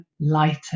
lighter